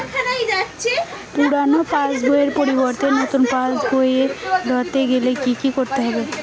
পুরানো পাশবইয়ের পরিবর্তে নতুন পাশবই ক রতে গেলে কি কি করতে হবে?